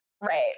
Right